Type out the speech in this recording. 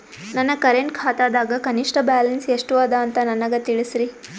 ನನ್ನ ಕರೆಂಟ್ ಖಾತಾದಾಗ ಕನಿಷ್ಠ ಬ್ಯಾಲೆನ್ಸ್ ಎಷ್ಟು ಅದ ಅಂತ ನನಗ ತಿಳಸ್ರಿ